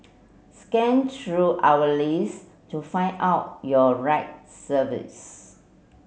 scan through our list to find out your right service